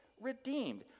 redeemed